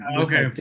Okay